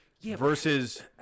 versus